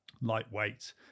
Lightweight